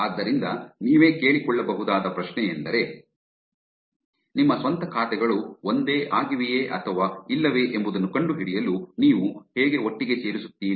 ಆದ್ದರಿಂದ ನೀವೇ ಕೇಳಿಕೊಳ್ಳಬಹುದಾದ ಪ್ರಶ್ನೆಯೆಂದರೆ ನಿಮ್ಮ ಸ್ವಂತ ಖಾತೆಗಳು ಒಂದೇ ಆಗಿವೆಯೇ ಅಥವಾ ಇಲ್ಲವೇ ಎಂಬುದನ್ನು ಕಂಡುಹಿಡಿಯಲು ನೀವು ಹೇಗೆ ಒಟ್ಟಿಗೆ ಸೇರಿಸುತ್ತೀರಿ